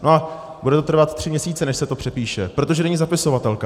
A bude to trvat tři měsíce, než se to přepíše, protože není zapisovatelka.